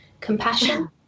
compassion